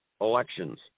elections